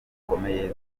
zikomeye